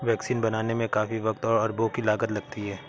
vaccine बनाने में काफी वक़्त और अरबों की लागत लगती है